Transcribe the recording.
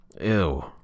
Ew